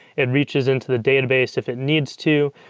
it reaches into the database if it needs to,